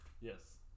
Yes